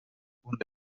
punt